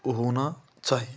वह होना चाहिए